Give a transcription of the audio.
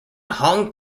hong